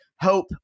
hope